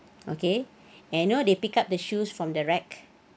okay you know they pick up the shoes from the rack